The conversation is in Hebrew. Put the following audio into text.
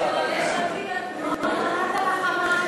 ב"חמאס" ב"חמאס",